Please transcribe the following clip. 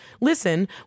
Listen